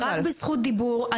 רק בזכות דיבור,